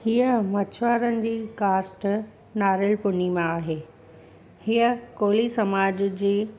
हीअ मछुआरनि जी कास्ट नारेल पुर्णिमा आहे हीअ कोली समाज जी